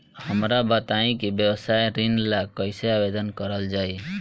हमरा बताई कि व्यवसाय ऋण ला कइसे आवेदन करल जाई?